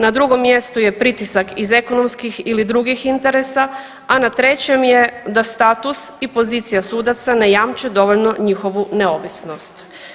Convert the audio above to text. Na drugom mjestu je pritisak iz ekonomskih ili drugih interesa, a na trećem je da status i pozicija sudaca ne jamče dovoljno njihovu neovisnost.